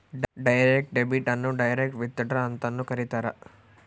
direct debit ಅನ್ನು direct withdrawal ಅಂತನೂ ಕರೀತಾರ